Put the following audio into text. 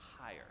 higher